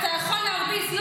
אתה יכול להרביץ.